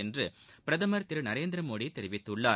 என்று பிரதமர் திரு நரேந்திர மோடி தெரிவித்துள்ளார்